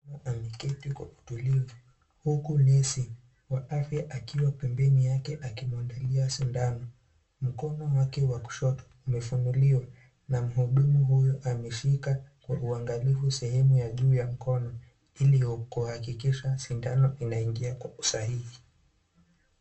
Mama ameketi kwa utulivu huku nesi akiwa pembeni yake akimwandalia sindano. Mkono wake wa kushoto umefunuliwa na mhudumu huyu ameshika kwa uangalifu sehemu ya juu ya mkono ili kuhakikisha sindano inaingia kwa usahihi.